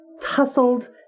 tussled